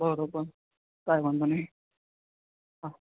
બરોબર કાઇ વાંધો નહીં હા